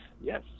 Yes